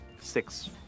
six